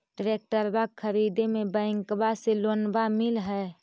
ट्रैक्टरबा खरीदे मे बैंकबा से लोंबा मिल है?